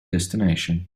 destination